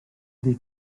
ydy